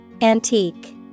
Antique